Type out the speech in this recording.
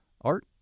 Art